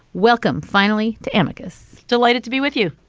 welcome. finally, tamika's delighted to be with you.